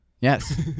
Yes